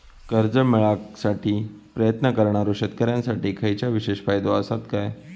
कर्जा मेळाकसाठी प्रयत्न करणारो शेतकऱ्यांसाठी खयच्या विशेष फायदो असात काय?